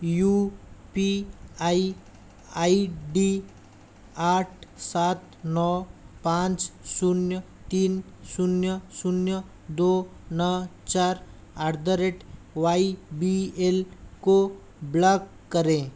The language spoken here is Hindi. you P I I D आठ सात नौ पाँच शून्य तीन शून्य शून्य दो नौ चार at the rate Y B L को ब्लॉक करें